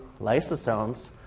lysosomes